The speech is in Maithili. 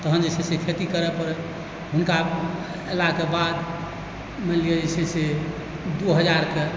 तहन जे छै से खेती करै पड़ै हुनका अयलाक बाद मानि लिअ जे छै से दू हजार कऽ